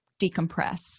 decompress